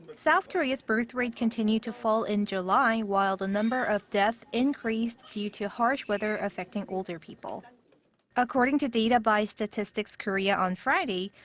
south korea's birth rate continued to fall in july while the number of deaths increased due to harsh weather affecting older people according to data by statistics korea on friday,